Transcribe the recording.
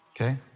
Okay